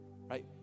right